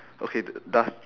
okay d~ does